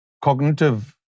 cognitive